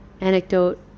anecdote